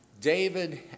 David